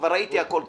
כבר ראיתי הכול כמעט,